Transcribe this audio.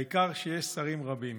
העיקר שיש שרים רבים